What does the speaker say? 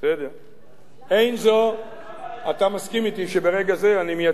אתה מסכים אתי שברגע זה אני מייצג את עמדת הממשלה.